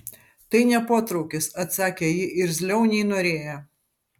tai ne potraukis atsakė ji irzliau nei norėjo